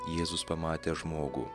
jėzus pamatė žmogų